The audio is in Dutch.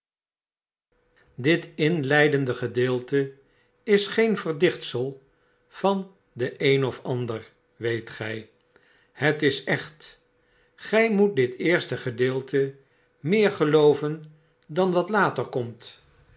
dit inleidende gedeelte is geen verdichtsel van den een of ander weet gg het is ocht g-g moet dit eerste gedeelte meer gelooven dan l acht jaar oud wat later komt